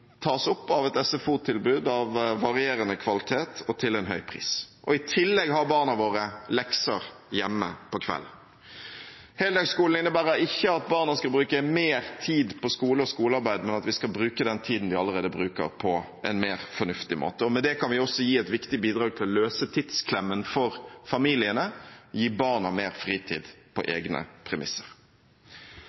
et SFO-tilbud av varierende kvalitet og til en høy pris. I tillegg har barna våre lekser hjemme på kvelden. Heldagsskolen innebærer ikke at barna skal bruke mer tid på skole og skolearbeid, men at de skal bruke den tiden de allerede bruker, på en mer fornuftig måte. Med det kan vi også gi et viktig bidrag til å løse tidsklemmen for familiene, gi barna mer fritid på egne premisser.